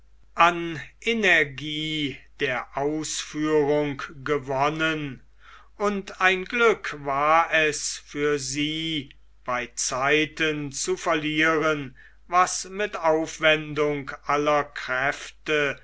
an energie der ausführung gewonnen und ein glück war es für sie bei zeiten zu verlieren was mit aufwendung aller kräfte